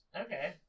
Okay